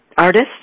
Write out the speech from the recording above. artist